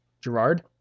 Gerard